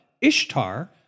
Ishtar